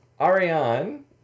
Ariane